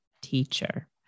teacher